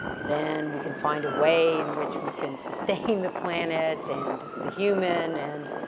then we can find a way in which we can sustain the planet, and the human and.